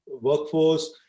workforce